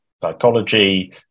psychology